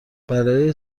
برای